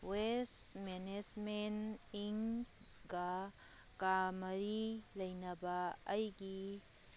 west management ꯏꯪꯒ ꯀꯥ ꯃꯔꯤ ꯂꯩꯅꯕ ꯑꯩꯒꯤ